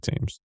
teams